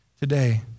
today